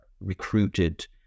recruited